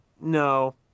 no